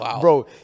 Bro